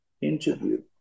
interview